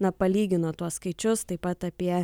na palygino tuos skaičius taip pat apie